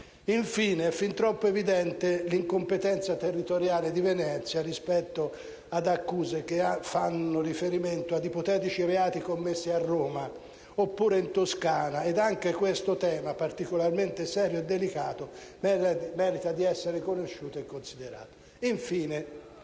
Infine, è fin troppo evidente l'incompetenza territoriale di Venezia rispetto ad accuse che fanno riferimento ad ipotetici reati commessi a Roma oppure in Toscana, ed anche questo tema - particolarmente serio e delicato - merita di essere conosciuto e considerato.